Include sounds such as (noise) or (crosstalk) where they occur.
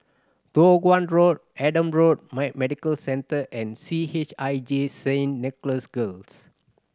Toh Guan Road Adam Road (unintelligible) Medical Centre and C H I J Saint Nicholas Girls